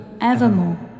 evermore